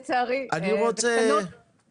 גופים קטנים,